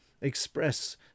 express